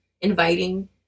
inviting